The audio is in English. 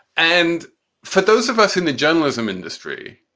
and for those of us in the journalism industry,